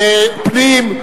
פנים,